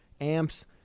amps